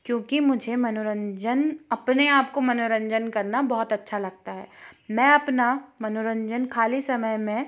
क्योंकि मुझे मनोरंजन अपने आप को मनोरंजन करना बहुत अच्छा लगता है मैं अपना मनोरंजन खाली समय में